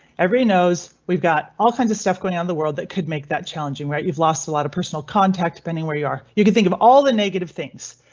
every knows we've got all kinds of stuff going on in the world that could make that challenging, right? you've lost a lot of personal contact bending where you are. you can think of all the negative things.